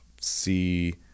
see